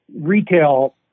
retail